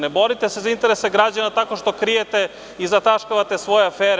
Ne borite se za interese građana tako što krijete i zataškavate svoje afere.